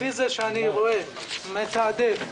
לפי זה שאני רואה, מתעדף,